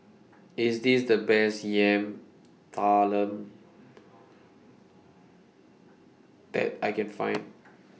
IS This The Best Yam Talam that I Can Find